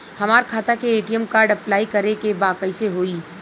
हमार खाता के ए.टी.एम कार्ड अप्लाई करे के बा कैसे होई?